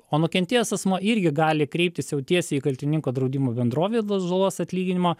o nukentėjęs asmuo irgi gali kreiptis jau tiesiai kaltininko draudimo bendrovę dėl žalos atlyginimo